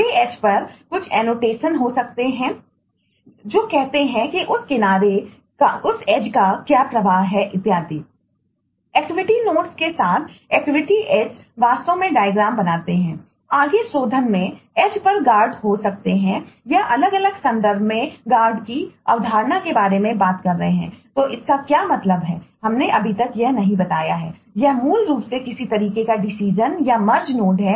वे edge बनाते हैं